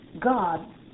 God